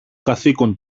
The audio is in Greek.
καθήκον